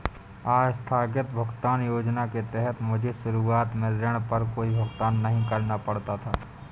आस्थगित भुगतान योजना के तहत मुझे शुरुआत में ऋण पर कोई भुगतान नहीं करना पड़ा था